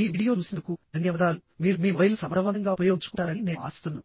ఈ వీడియో చూసినందుకు ధన్యవాదాలు మీరు మీ మొబైల్ను సమర్థవంతంగా ఉపయోగించుకుంటారని నేను ఆశిస్తున్నాను